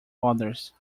others